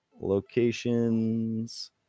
locations